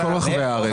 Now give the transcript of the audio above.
מכל רחבי הארץ.